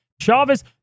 Chavez